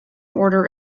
order